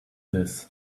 this